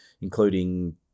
including